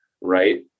right